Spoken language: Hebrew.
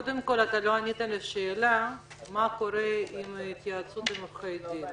קודם כול לא ענית על השאלה מה קורה עם ההתייעצות עם עורכי דין